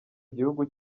igihugu